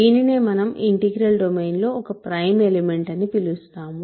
దీనినే మనం ఇంటిగ్రల్ డొమైన్లో ఒక ప్రైమ్ ఎలిమెంట్ అని పిలుస్తాము